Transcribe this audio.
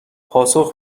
پاسخ